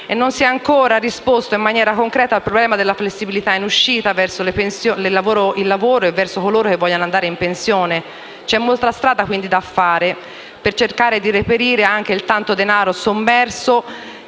non si è ancora risposto in maniera concreta al problema della flessibilità in uscita verso il lavoro e verso coloro che vogliono andare in pensione. C'è molta strada da fare per cercare di reperire anche il tanto denaro sommerso